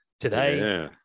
today